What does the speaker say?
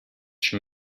she